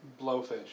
Blowfish